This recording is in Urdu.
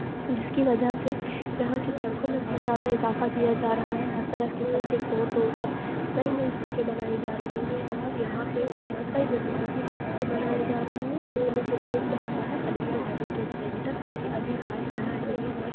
جس کی وجہ سے یہاں کی سڑکوں میں بہت زیادہ اضافہ کیا جا رہا ہے ہر طرف کی سڑکیں توڑ توڑ کر نئی نئی سڑکیں بنائی جا رہی ہیں اور یہاں پہ کئی بنیادی ڈھانچے بنائے جا رہے ہیں جس میں سے ایک ڈھانچہ ہے علی گڑھ ہیبیٹیٹ سینٹر جوکہ ابھی حال فی الحال میں ہی